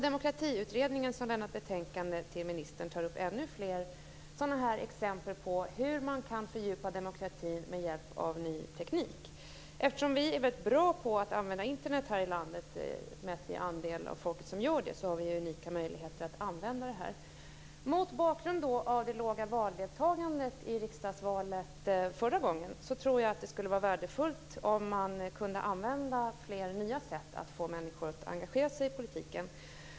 Demokratiutredningen, som lämnat ett betänkande till ministern, tar upp ännu fler exempel på hur man kan fördjupa demokratin med hjälp av ny teknik. Eftersom vi är rätt bra på att använda Internet i det här landet om man ser på den andel av folket som gör detta har vi unika möjligheter att använda det här. Mot bakgrund av det låga valdeltagandet i riksdagsvalet förra gången tror jag att det skulle vara värdefullt om man kunde använda fler nya sätt att få människor att engagera sig i politiken.